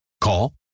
Call